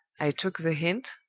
i took the hint,